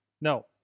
No